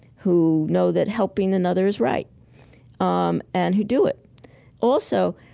who know that helping another is right um and who do it also,